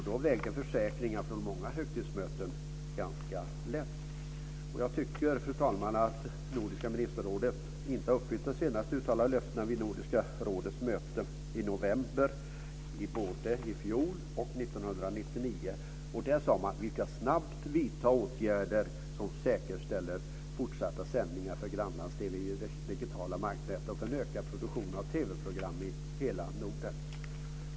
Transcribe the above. Då väger försäkringar från många högtidsmöten ganska lätt. Jag tycker, fru talman, att det nordiska ministerrådet inte har uppfyllt de senast uttalade löftena vid Nordiska rådets möte i november både i fjol och 1999. Där sade man att man snabbt skulle vidta åtgärder som säkerställer fortsatta sändningar för grannlands-TV i det digitala marknätet och för en ökad produktion av TV-program i hela Norden.